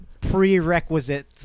prerequisite